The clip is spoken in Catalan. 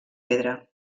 pedra